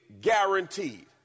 guaranteed